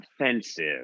offensive